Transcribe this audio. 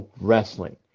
wrestling